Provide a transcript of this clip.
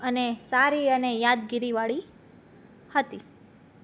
અને સારી અને યાદગીરી વાળી હતી